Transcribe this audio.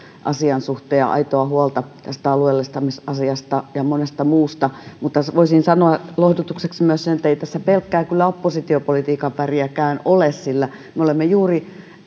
asian suhteen ja aitoa huolta tästä alueellistamisasiasta ja monesta muusta mutta voisin sanoa lohdutukseksi myös sen että ei tässä kyllä pelkkää oppositiopolitiikan väriäkään ole sillä me olemme juuri